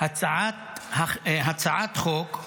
הצעת חוק,